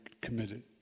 committed